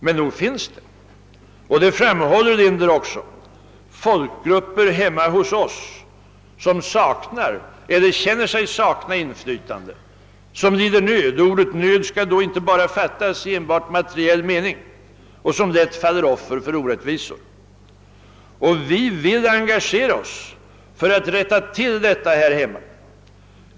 Men nog finns det, och det framhåller Linder också, folkgrupper hemma hos oss som saknar eller känner sig sakna inflytande, som lider nöd — och ordet nöd skall då inte fattas i enbart materiell mening — och som lätt faller offer för orättvisor. Och vi vill engagera oss för att rätta till detta här hemma.